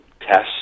tests